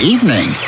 Evening